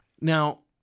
Now